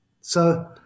So-